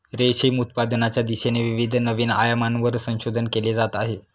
रेशीम उत्पादनाच्या दिशेने विविध नवीन आयामांवर संशोधन केले जात आहे